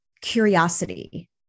curiosity